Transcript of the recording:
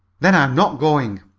then not going.